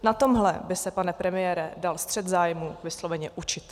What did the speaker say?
Na tomhle by se, pane premiére, dal střet zájmů vysloveně učit.